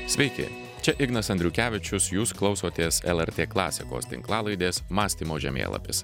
sveiki čia ignas andriukevičius jūs klausotės lrt klasikos tinklalaidės mąstymo žemėlapis